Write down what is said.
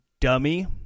dummy